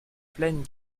pleines